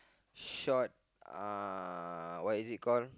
short uh what is it call